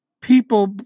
people